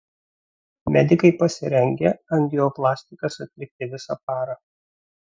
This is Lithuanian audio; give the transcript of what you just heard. medikai pasirengę angioplastikas atlikti visą parą